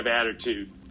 attitude